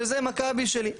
שזה מכבי שלי.